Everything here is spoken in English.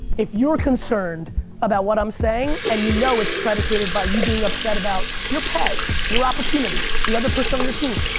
if you're concerned about what i'm saying and you know it's predicated by you being upset about your pay, your opportunity, the other person in your team,